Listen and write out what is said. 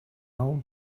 old